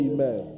Amen